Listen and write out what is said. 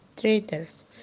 traitors